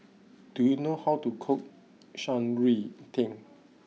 do you know how to cook Shan Rui Tang